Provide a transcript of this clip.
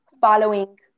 following